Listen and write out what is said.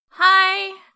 Hi